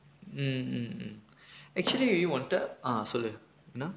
mm mm mm actually ஓன்ட:onta ah சொல்லு என்னா:sollu ennaa